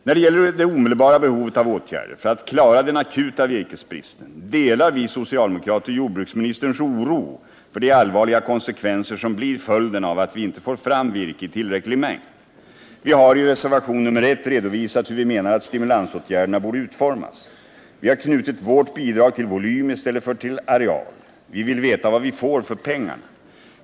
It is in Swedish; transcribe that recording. När det gäller det omedelbara behovet av åtgärder för att klara den akuta virkesbristen delar vi socialdemokrater jordbruksministerns oro för de allvarliga konsekvenser som blir följden av att vi inte får fram virke i tillräcklig mängd. Vi har i reservationen nr 1 redovisat hur vi menar att stimulansåtgärderna borde utformas. Vi har knutit vårt bidrag till volym i stället för till areal. Vi vill veta vad vi får för pengarna.